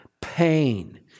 Pain